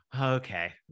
okay